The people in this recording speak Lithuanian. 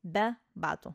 be batų